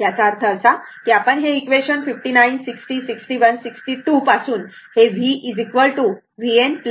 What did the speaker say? याचा अर्थ असा कीआपण हे इक्वेशन 59 60 61 62 पासून हे v vn vf वापरत आहात